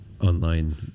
online